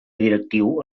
directiu